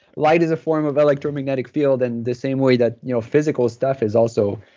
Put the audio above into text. light is a form of electromagnetic field, and the same way that you know physical stuff is also,